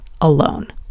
alone